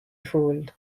fooled